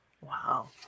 Wow